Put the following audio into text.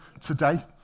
today